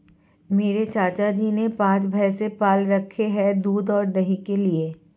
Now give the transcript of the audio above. मेरे चाचा जी ने पांच भैंसे पाल रखे हैं दूध और दही के लिए